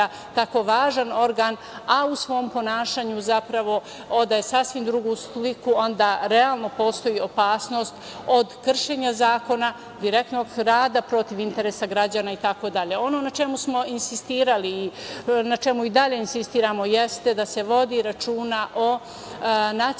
tako važan organ, a u svom ponašanju zapravo odaje sasvim drugu sliku, onda realno postoji opasnost od kršenja zakona, direktnog rada protiv interesa građana itd. Ono na čemu smo insistirali i na čemu i dalje insistiramo, jeste da se vodi računa o nacionalnoj